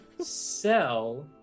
sell